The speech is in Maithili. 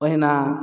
ओहिना